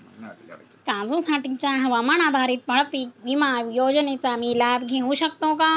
काजूसाठीच्या हवामान आधारित फळपीक विमा योजनेचा मी लाभ घेऊ शकतो का?